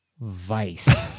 Vice